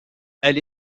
elle